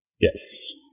Yes